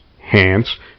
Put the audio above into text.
hands